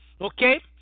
Okay